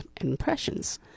impressions